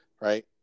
right